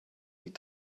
die